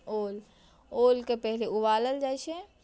ओल ओलकेँ पहिने उबालल जाइत छै